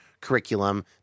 curriculum